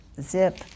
Zip